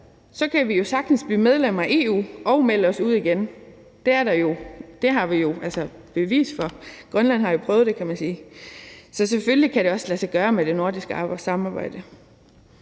kan vi jo sagtens blive medlem af EU og melde os ud igen. Det har vi jo bevis for; Grønland har jo prøvet det, kan man sige. Så selvfølgelig kan det også lade sig gøre med det nordiske samarbejde.